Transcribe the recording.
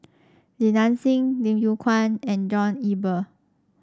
Li Nanxing Lim Yew Kuan and John Eber